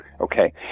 Okay